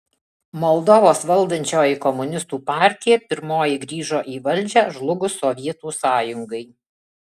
moldovos valdančioji komunistų partija pirmoji grįžo į valdžią žlugus sovietų sąjungai